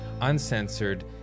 uncensored